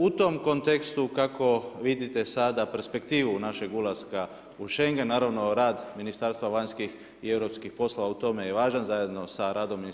U tom kontekstu kako vidite sada perspektivu našeg ulaska u Schengen, naravno rad Ministarstva vanjskih i europskih poslova u tome je važan zajedno sa radom MUP-a?